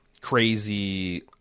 crazy